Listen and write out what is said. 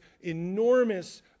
enormous